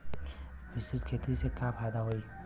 मिश्रित खेती से का फायदा होई?